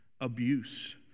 abuse